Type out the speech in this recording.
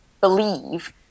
believe